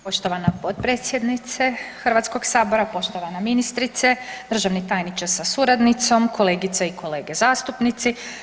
Poštovana potpredsjednice Hrvatskog sabora, poštovana ministrice, državni tajniče sa suradnicom, kolegice i kolege zastupnici.